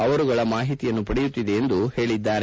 ಅವರುಗಳ ಮಾಹಿತಿಯನ್ನು ಪಡೆಯುತ್ತಿದೆ ಎಂದು ಅವರು ಹೇಳಿದ್ದಾರೆ